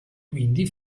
quindi